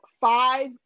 five